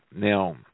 Now